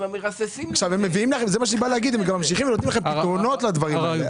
גם נותנים לך פתרונות לדברים האלה.